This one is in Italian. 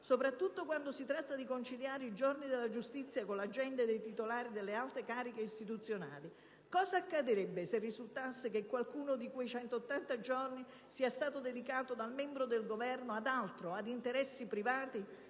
soprattutto quando si tratta di conciliare i giorni della giustizia con le agende dei titolari delle alte cariche istituzionali - cosa accadrebbe se risultasse che qualcuno di quei 180 giorni sia stato dedicato dal membro del Governo ad altro, ad interessi privati?